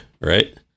right